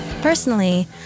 Personally